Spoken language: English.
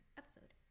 episode